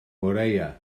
moreau